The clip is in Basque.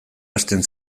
hasten